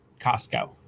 Costco